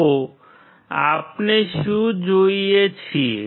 તો આપણે શું જોઈએ છીએ